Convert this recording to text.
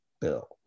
bill